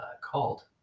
called